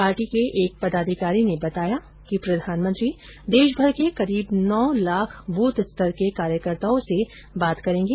party के एक पदाधिकारी ने बताया कि प्रधानमंत्री देशभर के करीब नौ लाख बूथ स्तर के कार्यकर्ताओं से बात करेंगे